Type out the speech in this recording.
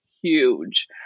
Huge